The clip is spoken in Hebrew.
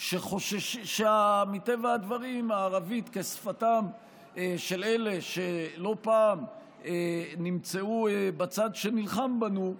מכך שמטבע הדברים הערבית היא שפתם של אלה שלא פעם נמצאו בצד שנלחם בנו.